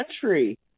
country